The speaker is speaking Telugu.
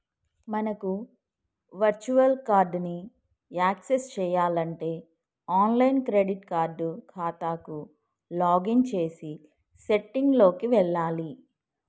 మనకు వర్చువల్ కార్డ్ ని యాక్సెస్ చేయాలంటే ఆన్లైన్ క్రెడిట్ కార్డ్ ఖాతాకు లాగిన్ చేసి సెట్టింగ్ లోకి వెళ్లాలి